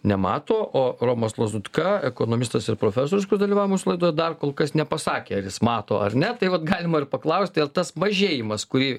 nemato o romas lazutka ekonomistas ir profesorius kur dalyvavauja mūsų laidoj dar kol kas nepasakė ar jis mato ar ne tai vat galima ir paklausti ar tas mažėjimas kurį